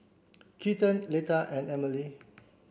Keaton Leta and Emelie